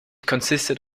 consisted